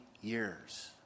years